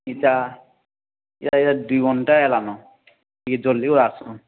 ୟିଟା ଇଏ ଇଏ ଦୁଇ ଘଣ୍ଟା ହେଲାଣି ଟିକେ ଜଲ୍ଦି ଆସନ୍ତୁ